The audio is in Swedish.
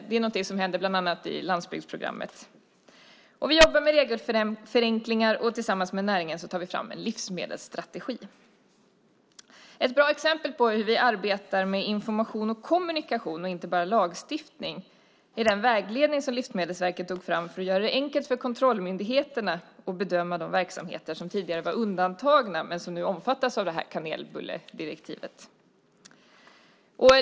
Det är något som händer bland annat i landsbygdsprogrammet. Vi jobbar med regelförenklingar, och tillsammans med näringen tar vi fram en livsmedelsstrategi. Ett bra exempel på hur vi arbetar med information och kommunikation och inte bara lagstiftning är den vägledning som Livsmedelsverket tog fram för att göra det enkelt för kontrollmyndigheterna att bedöma de verksamheter som tidigare var undantagna men som nu omfattas av kanelbulledirektivet.